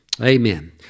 Amen